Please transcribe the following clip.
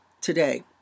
today